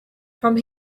from